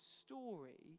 story